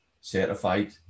certified